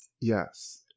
yes